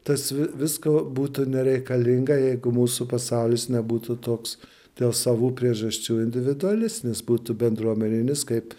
tas vi visko būtų nereikalinga jeigu mūsų pasaulis nebūtų toks dėl savų priežasčių individualistinis būtų bendruomeninis kaip